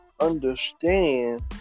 understand